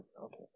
Okay